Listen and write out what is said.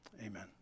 Amen